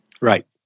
Right